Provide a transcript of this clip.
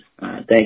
Thank